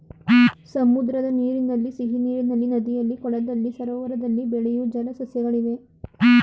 ಸಮುದ್ರದ ನೀರಿನಲ್ಲಿ, ಸಿಹಿನೀರಿನಲ್ಲಿ, ನದಿಯಲ್ಲಿ, ಕೊಳದಲ್ಲಿ, ಸರೋವರದಲ್ಲಿ ಬೆಳೆಯೂ ಜಲ ಸಸ್ಯಗಳಿವೆ